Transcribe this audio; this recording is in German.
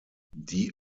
die